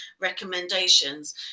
recommendations